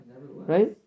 Right